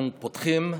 אנחנו פותחים קצת,